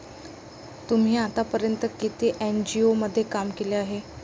तुम्ही आतापर्यंत किती एन.जी.ओ मध्ये काम केले आहे?